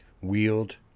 wield